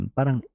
Parang